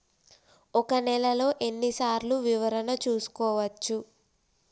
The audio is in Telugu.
ఒక నెలలో ఎన్ని సార్లు వివరణ చూసుకోవచ్చు?